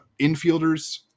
infielders